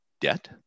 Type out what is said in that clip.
debt